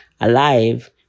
alive